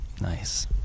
Nice